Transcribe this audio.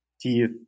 teeth